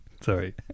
Sorry